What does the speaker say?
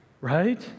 right